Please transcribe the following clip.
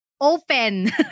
open